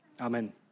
Amen